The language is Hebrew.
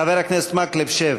חבר הכנסת מקלב, שב.